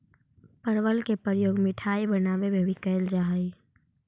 परवल के प्रयोग मिठाई बनावे में भी कैल जा हइ